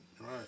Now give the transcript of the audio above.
Right